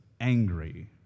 angry